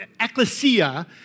ecclesia